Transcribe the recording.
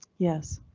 yes,